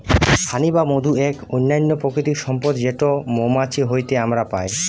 হানি বা মধু এক অনন্য প্রাকৃতিক সম্পদ যেটো মৌমাছি হইতে আমরা পাই